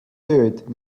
tööd